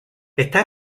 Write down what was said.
está